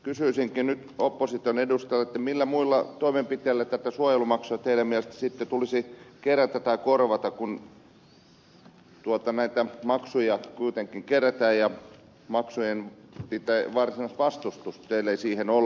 kysyisinkin nyt opposition edustajilta millä muilla toimenpiteillä tätä suojelumaksua teidän mielestänne sitten tulisi kerätä tai korvata kun näitä maksuja kuitenkin kerätään ja maksujen varsinaista vastustusta teillä ei ole